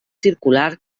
circular